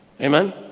amen